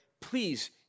please